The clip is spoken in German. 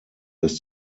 ist